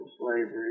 slavery